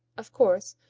of course,